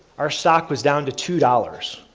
our stock was down to two dollars.